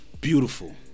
Beautiful